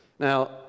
Now